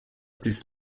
this